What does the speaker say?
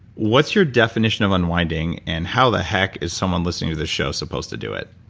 what's your definition of unwinding, and how the heck is someone listening to this show supposed to do it?